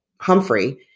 Humphrey